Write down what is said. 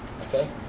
Okay